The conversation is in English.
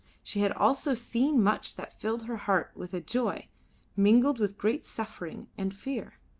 she had also seen much that filled her heart with a joy mingled with great suffering and fear.